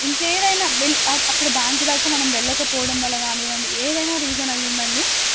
ఇంకేదైనా విల్ అక్కడ బ్యాంక్ దాకా మనం వెళ్ళకపోవడం వల్ల కానివ్వండి ఏదైన రీజన్ అయ్యి ఉండండి